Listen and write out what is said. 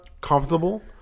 comfortable